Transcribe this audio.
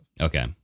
Okay